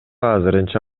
азырынча